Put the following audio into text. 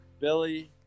Billy